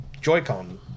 Joy-Con